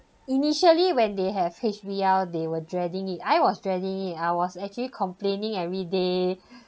initially when they have H_B_L they were dreading I was dreading it I was actually complaining every day